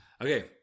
Okay